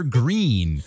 green